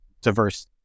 diverse